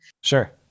Sure